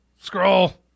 scroll